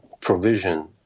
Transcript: provision